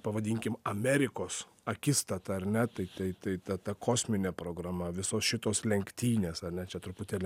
pavadinkim amerikos akistatą ar ne tai tai tai ta ta kosminė programa visos šitos lenktynės ar ne čia truputėlį